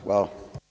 Hvala.